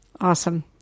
Awesome